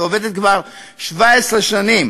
שעובדת כבר 17 שנים